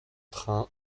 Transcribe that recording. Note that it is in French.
train